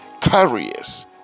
Carriers